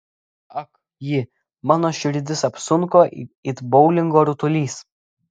ak ji mano širdis apsunko it boulingo rutulys